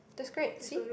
that's great see